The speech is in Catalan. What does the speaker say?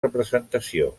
representació